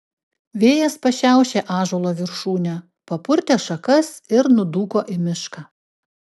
vėjas pašiaušė ąžuolo viršūnę papurtė šakas ir nudūko į mišką